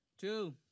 two